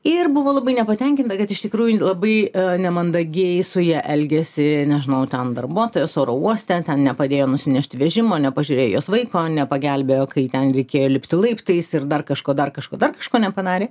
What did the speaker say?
ir buvo labai nepatenkinta kad iš tikrųjų labai nemandagiai su ja elgiasi nežinau ten darbuotojas oro uoste ten nepadėjo nusinešti vežimo nepažiūrėjo jos vaiko nepagelbėjo kai ten reikėjo lipti laiptais ir dar kažko dar kažkada kažko nepadarė